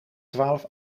twaalf